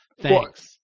Thanks